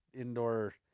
indoor